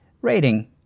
Rating